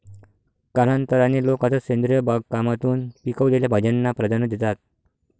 कालांतराने, लोक आता सेंद्रिय बागकामातून पिकवलेल्या भाज्यांना प्राधान्य देतात